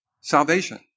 salvation